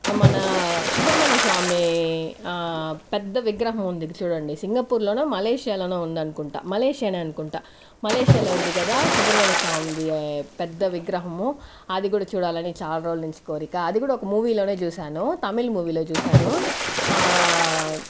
మన సుబ్రమణ్యస్వామి పెద్ద విగ్రహం ఉంది చూడండి సింగపూర్లోనో మలేషియాలోనో ఉంది అనుకుంటా మలేషియానే అనుకుంటా మలేషియాలో ఉంది కదా సుబ్రమణ్యస్వామిది పెద్ద విగ్రహం అది కూడా చూడాలని చాలా రోజులనుంచి కోరిక అది కూడా ఒక మూవీ లోనే చూశాను తమిళ్ మూవీ లో చూశాను